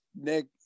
Nick